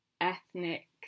ethnic